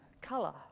color